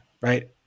right